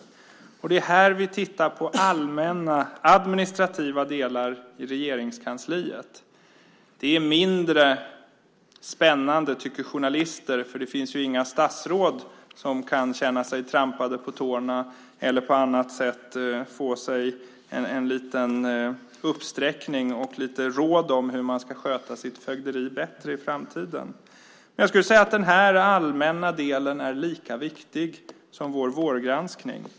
Det är här vi tittar på allmänna administrativa delar i Regeringskansliet. Det är mindre spännande tycker journalister eftersom det inte är några statsråd som kan känna sig trampade på tårna eller på annat sätt få sig en liten uppsträckning och råd om hur man ska sköta sitt fögderi bättre i framtiden. Jag skulle vilja säga att den här allmänna delen är lika viktig som vår vårgranskning.